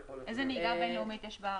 איזה נהיגה בין-לאומית יש בארץ?